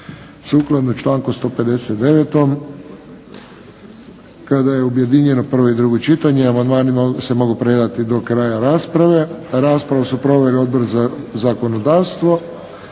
Sukladno članku 159. kada je objedinjeno prvo i drugo čitanje amandmani se mogu predati do kraja rasprave. Raspravu su proveli Odbor za zakonodavstvo,